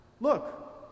Look